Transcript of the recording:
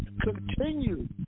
continue